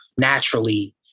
Naturally